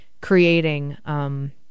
creating